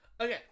Okay